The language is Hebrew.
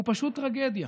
הוא פשוט טרגדיה.